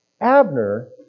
Abner